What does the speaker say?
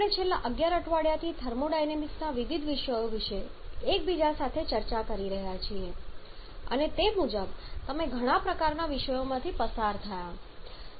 આપણે છેલ્લા 11 અઠવાડિયાથી થર્મોડાયનેમિક્સના વિવિધ વિષયો વિશે એકબીજા સાથે ચર્ચા કરી રહ્યા છીએ અને તે મુજબ તમે ઘણા પ્રકારનાં વિષયોમાંથી પસાર થયા છીએ